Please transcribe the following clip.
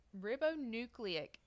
ribonucleic